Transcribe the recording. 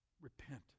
Repent